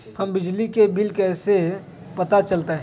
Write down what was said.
हमर बिजली के बिल कैसे पता चलतै?